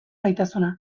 gaitasuna